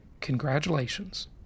Congratulations